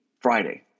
Friday